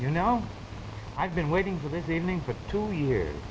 you know i've been waiting for this evening for two years